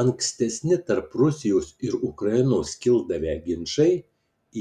ankstesni tarp rusijos ir ukrainos kildavę ginčai